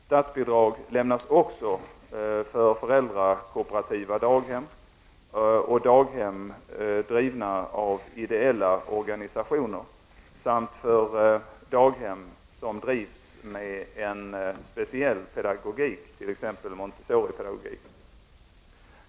Statsbidrag lämnas också för föräldrakooperativa daghem och daghem drivna av ideella organisationer samt för daghem som drivs med en speciell pedagogik, t.ex. montessoridaghem.